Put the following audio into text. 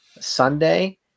Sunday